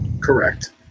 Correct